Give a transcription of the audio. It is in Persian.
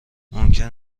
ممکن